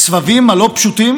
הזוכה להכרה בין-לאומית,